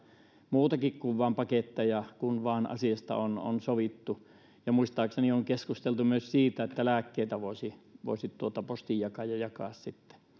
muutakin kuin vain paketteja kun vaan asiasta on on sovittu ja muistaakseni on keskusteltu myös siitä että lääkkeitä voisi voisi postinjakaja jakaa